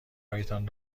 هایتان